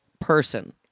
person